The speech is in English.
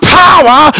power